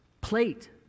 plate